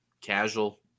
casual